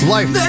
Life